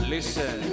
Listen